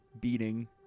beating